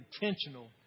intentional